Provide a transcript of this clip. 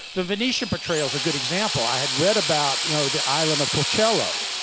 the venetian betrayal is a good example. i had read about you know the island of torcello.